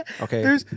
Okay